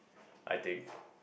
I think